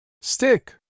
Stick